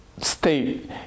state